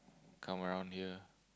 come around here